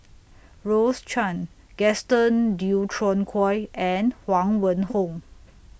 Rose Chan Gaston Dutronquoy and Huang Wenhong